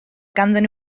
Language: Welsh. ganddyn